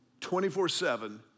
24-7